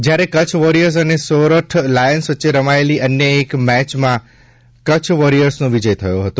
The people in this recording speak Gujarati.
જ્યારે કચ્છ વોરિયસ અને સોરઠ લાયન્સ વચ્ચે રમાયેલી અન્ય એક મેચમાં કચ્છ વોરિયર્સનો વિજય થયો હતો